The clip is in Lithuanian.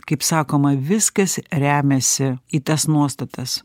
kaip sakoma viskas remiasi į tas nuostatas